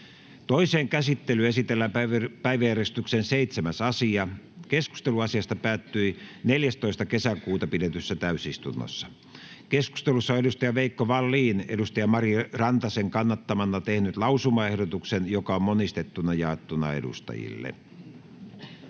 Toiseen käsittelyyn esitellään päiväjärjestyksen 7. asia. Keskustelu asiasta päättyi 14.6.2022 pidetyssä täysistunnossa. Keskustelussa on Veikko Vallin Mari Rantasen kannattamana tehnyt lausumaehdotuksen, joka on monistettuna jaettu edustajille.